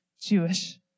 Jewish